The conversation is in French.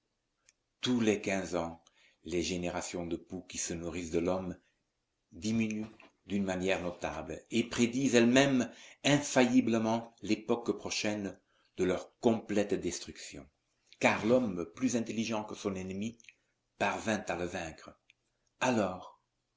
tous les quinze ans les générations de poux qui se nourrissent de l'homme diminuent d'une manière notable et prédisent elles-mêmes infailliblement l'époque prochaine de leur complète destruction car l'homme plus intelligent que son ennemi parvient à le vaincre alors